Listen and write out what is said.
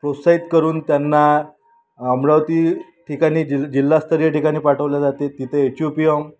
प्रोत्साहित करून त्यांना अमरावती ठिकाणी जिल्हा जिल्हास्तरीय ठिकाणी पाठवलं जाते तिथे एच यु पी यम